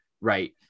right